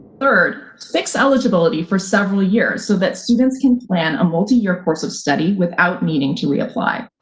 third, fix eligibility for several years so that students can plan a multiyear course of study without needing to reapply.